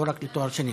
לא רק לתואר שני.